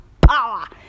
power